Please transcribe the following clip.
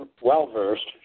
well-versed